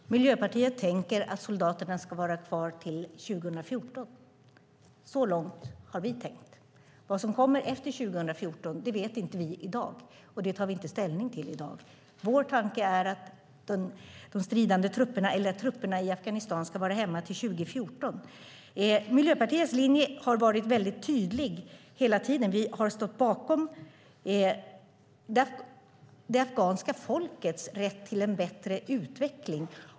Herr talman! Miljöpartiet tänker att soldaterna ska vara kvar till 2014. Så långt har vi tänkt. Vad som kommer efter 2014 vet vi inte i dag, och det tar vi inte ställning till i dag. Vår tanke är att trupperna i Afghanistan ska vara hemma till 2014. Miljöpartiets linje har hela tiden varit väldigt tydlig. Vi har stått bakom det afghanska folkets rätt till en bättre utveckling.